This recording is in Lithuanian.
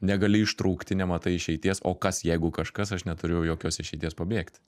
negali ištrūkti nematai išeities o kas jeigu kažkas aš neturiu jokios išeities pabėgti